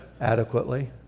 adequately